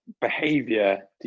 behavior